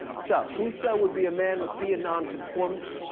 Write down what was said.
so who so would be a man must be a nonconformist.